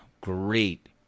Great